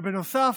ובנוסף,